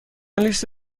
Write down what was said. لیست